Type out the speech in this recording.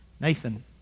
Nathan